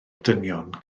dynion